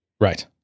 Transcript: Right